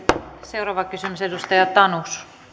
seuraava kysymys edustaja tanus arvoisa